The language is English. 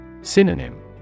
Synonym